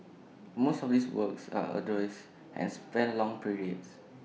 most of these works are arduous and span long periods